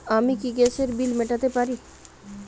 আমি কি গ্যাসের বিল মেটাতে পারি?